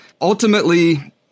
ultimately